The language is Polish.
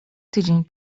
tydzień